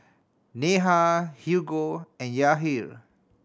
Neha Hugo and Yahir